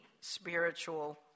spiritual